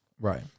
Right